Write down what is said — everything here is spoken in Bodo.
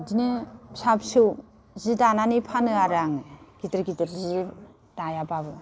इदिनो फिसा फिसौ जि दानानै फानो आरो आं गिदोर गिदोर जि दायाबाबो